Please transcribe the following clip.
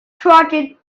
trotted